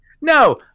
No